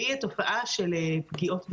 והיא התופעה של פגיעות ברשת.